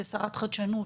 כשרת החדשנות